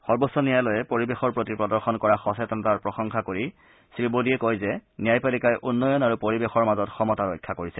সৰ্বোচ্চ ন্যায়ালয়ে পৰিৱেশৰ প্ৰতি প্ৰদৰ্শন কৰা সচেতনতাৰ প্ৰশংসা কৰি শ্ৰীমোদীয়ে কয় যে ন্যায়পালিকাই উন্নয়ন আৰু পৰিৱেশৰ মাজত সমতা ৰক্ষা কৰিছে